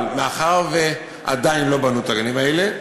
אבל מאחר שעדיין לא בנו את הגנים האלה,